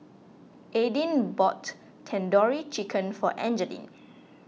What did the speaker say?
Aidyn bought Tandoori Chicken for Angeline